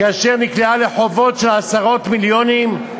כאשר נקלעה לחובות של עשרות מיליונים,